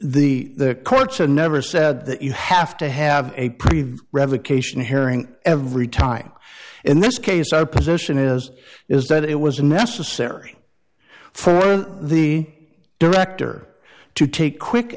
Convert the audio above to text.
t the courts have never said that you have to have a previous revocation hearing every time in this case our position is is that it was necessary for the director to take quick